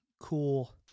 cool